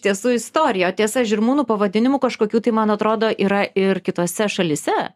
tiesų istorija o tiesa žirmūnų pavadinimų kažkokių tai man atrodo yra ir kitose šalyse